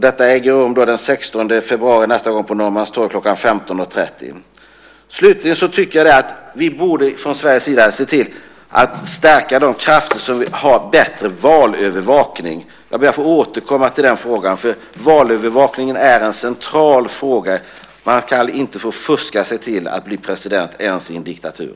Detta äger nästa gång rum den 16 februari på Norrmalmstorg kl. 15.30. Slutligen tycker jag att vi i Sverige borde stärka valövervakningen. Jag ber att få återkomma till den frågan. Valövervakningen är en central fråga. Man ska inte kunna fuska sig till att bli president ens i en diktatur.